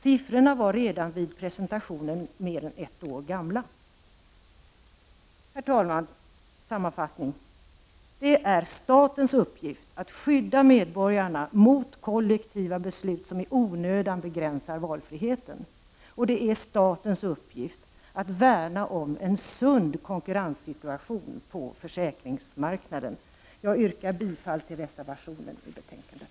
Siffrorna var redan vid presentationen mer än ett år gamla. Herr talman! Sammanfattningsvis: Det är statens uppgift att skydda medborgarna mot kollektiva beslut som i onödan begränsar valfriheten. Det är statens uppgift att värna om en sund konkurrenssituation på försäkringsmarknaden. Jag yrkar bifall till reservationen till betänkandet.